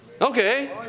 Okay